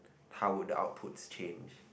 how would the outputs change